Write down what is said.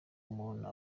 umuntu